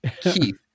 Keith